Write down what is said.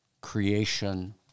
creation